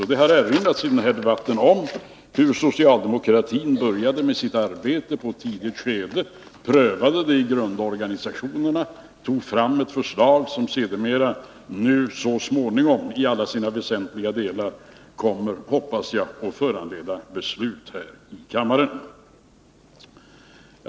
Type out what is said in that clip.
Och det har i den här debatten erinrats om hur socialdemokratin började med sitt arbete i ett tidigt skede, prövade det i grundorganisationerna, tog fram ett förslag som så småningom nu i alla sina väsentliga delar kommer att, hoppas jag, föranleda beslut här i kammaren.